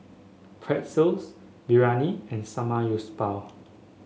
Pretzels Biryani and Samgyeopsal